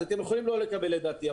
אתם יכולים לא לקבל את דעתי,